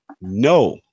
no